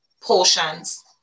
portions